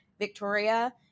Victoria